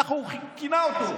ככה הוא כינה אותו.